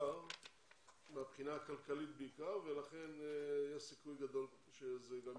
מהבחינה הכלכלית בעיקר ולכן יש סיכוי גדול שזה גם יקרה.